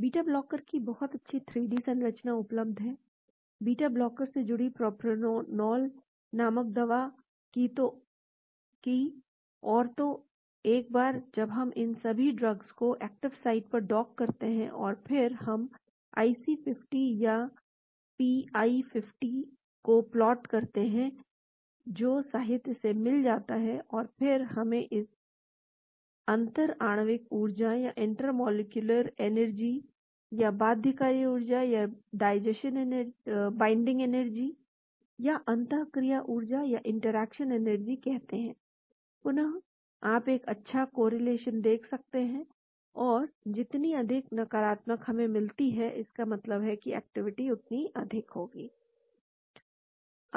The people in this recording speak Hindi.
बीटा ब्लॉकर की बहुत अच्छी 3 डी संरचना उपलब्ध है बीटा ब्लॉकर से जुड़ी प्रोप्रानोलोल नामक दवा की और तो एक बार जब हम इन सभी ड्रग्स को एक्टिव साइट पर डॉक करते हैं और फिर हम IC50 या pIC50 को प्लॉट करते हैं जो साहित्य से मिल जाता है और फिर इसे हम अंतर आणविक ऊर्जा या इंटर मॉलिक्यूलर एनर्जी या बाध्यकारी ऊर्जा या बाइन्डिंग एनर्जी या अंतःक्रियात्मक ऊर्जा या इंटरेक्शन एनर्जी कहते हैं पुनः आप एक अच्छा कोरिलेशन देख सकते हैं और जितनी अधिक नकारात्मक हमें मिलती है इसका मतलब है कि एक्टिविटी अधिकतम होगी